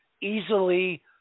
easily